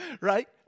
Right